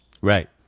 Right